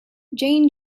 jane